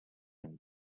and